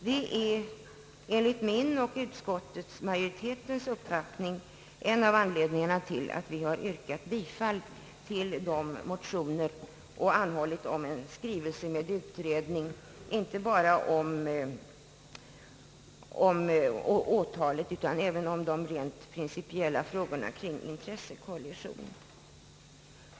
Detta är enligt min och utskottsmajoritetens uppfatining en av anledningarna till att vi har yrkat bifall till motionerna och anhållit om en skrivelse med begäran om en utredning, inte bara om åtalet utan även om de rent principiella frågorna kring intressekollision.